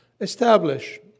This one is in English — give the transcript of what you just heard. Establish